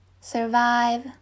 survive